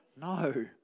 No